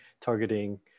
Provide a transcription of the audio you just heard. targeting